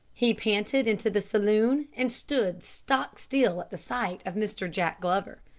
he panted into the saloon and stood stock still at the sight of mr. jack glover.